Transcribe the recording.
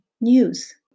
news